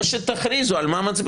או שתכריזו על מה מצביעים,